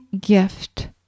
gift